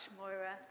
Moira